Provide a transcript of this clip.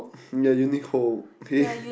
yea Uniqlo okay